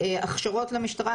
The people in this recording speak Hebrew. הכשרות למשטרה,